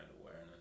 awareness